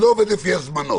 אני לא עובד לפי הזמנות.